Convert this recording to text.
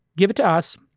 give it to us,